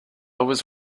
was